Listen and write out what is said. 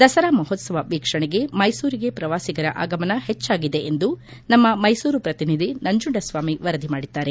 ದಸರಾ ಮಹೋತ್ಸವ ವೀಕ್ಷಣೆಗೆ ಮೈಸೂರಿಗೆ ಪ್ರವಾಸಿಗರ ಆಗಮನ ಹೆಚ್ಚಾಗಿದೆ ಎಂದು ನಮ್ಮ ಮೈಸೂರು ಪ್ರತಿನಿಧಿ ನಂಜುಂಡಸ್ವಾಮಿ ವರದಿ ಮಾಡಿದ್ದಾರೆ